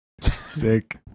Sick